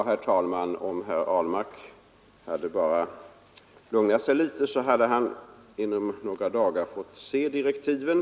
Herr talman! Om herr Ahlmark bara hade lugnat sig litet hade han inom några dagar fått se direktiven.